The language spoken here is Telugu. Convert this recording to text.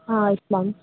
ఇస్తాము